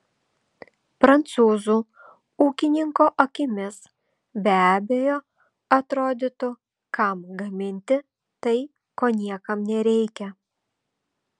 prancūzų ūkininko akimis be abejo atrodytų kam gaminti tai ko niekam nereikia